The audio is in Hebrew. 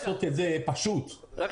לעשות את זה פשוט --- אבי,